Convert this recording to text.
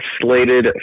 slated